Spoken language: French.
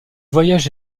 voyages